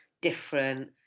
different